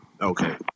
Okay